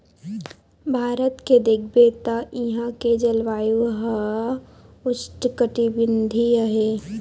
भारत के देखबे त इहां के जलवायु ह उस्नकटिबंधीय हे